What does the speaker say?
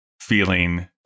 feeling